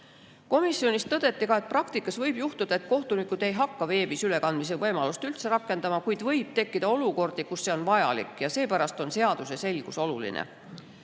Komisjonis tõdeti, et praktikas võib juhtuda, et kohtunikud ei hakka veebis ülekandmise võimalust üldse rakendama, kuid võib tekkida olukordi, kus see on vajalik, ja seepärast on seaduse selgus